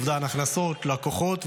אובדן הכנסות ולקוחות,